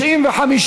התשע"ח 2018, נתקבל.